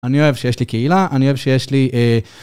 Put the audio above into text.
אני אוהב שיש לי קהילה, אני אוהב שיש לי...